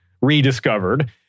rediscovered